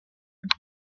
and